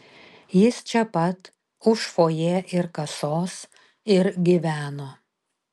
jis čia pat už fojė ir kasos ir gyveno